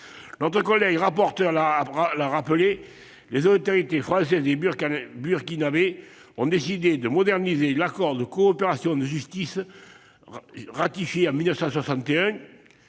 Notre collègue rapporteur l'a rappelé, les autorités françaises et burkinabées ont décidé de moderniser l'accord de coopération en matière de justice ratifié en 1961,